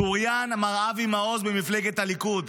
שוריין מר אבי מעוז במפלגת הליכוד.